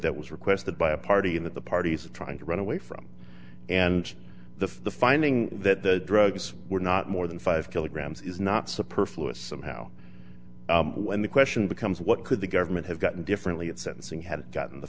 that was requested by a party that the parties are trying to run away from and the finding that the drugs were not more than five kilograms is not support fluids somehow and the question becomes what could the government have gotten differently at sentencing had gotten the